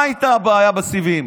מה הייתה הבעיה בסיבים?